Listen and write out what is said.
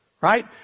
Right